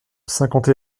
cinquante